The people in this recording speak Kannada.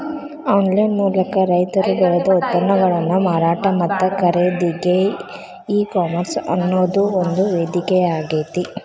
ಆನ್ಲೈನ್ ಮೂಲಕ ರೈತರು ಬೆಳದ ಉತ್ಪನ್ನಗಳ ಮಾರಾಟ ಮತ್ತ ಖರೇದಿಗೆ ಈ ಕಾಮರ್ಸ್ ಅನ್ನೋದು ಒಂದು ವೇದಿಕೆಯಾಗೇತಿ